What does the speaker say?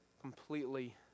completely